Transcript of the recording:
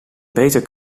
beter